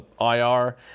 IR